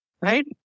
Right